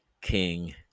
King